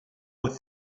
with